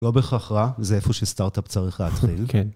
לא בהכרח רע, זה איפה שסטארט-אפ צריך להתחיל.